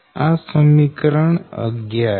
આ સમીકરણ 11 છે